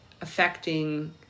affecting